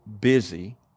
busy